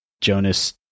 Jonas